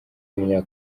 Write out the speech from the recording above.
w’umunya